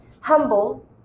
humble